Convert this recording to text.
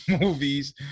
movies